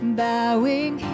bowing